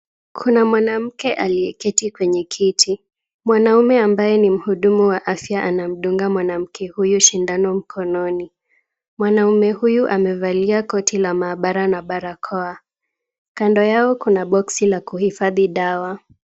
Kuna mwanamke aliyeketi kwenye kiti. Mwanamume ambaye ni mhudumu wa afya anamdunga mwanamke huyu sindano mkononi. Mwanamume huyu amevalia koti la maabara na barakoa. Kando yao kuna box la kuhifadhi dawa.